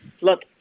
look